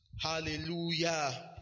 Hallelujah